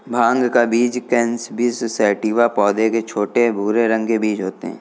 भाँग का बीज कैनबिस सैटिवा पौधे के छोटे, भूरे रंग के बीज होते है